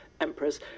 emperors